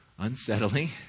unsettling